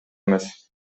эмес